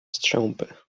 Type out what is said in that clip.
strzępy